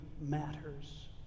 matters